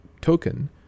token